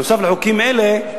נוסף על חוקים אלה,